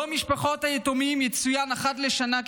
יום משפחות היתומים יצוין אחת לשנה,